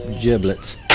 giblets